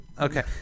Okay